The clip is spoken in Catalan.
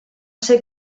ser